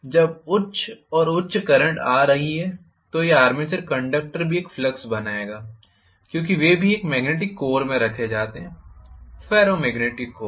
जब उच्च और उच्च करंट आ रही हैं तो यह आर्मेचर कंडक्टर भी एक फ्लक्स बनाएगा क्योंकि वे भी एक मॅग्नेटिक कोर में रखे जाते हैं फेरो मॅग्नेटिक कोर